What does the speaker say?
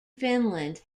finland